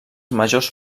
majors